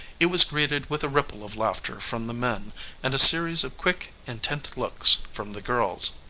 it was greeted with a ripple of laughter from the men and a series of quick, intent looks from the girls.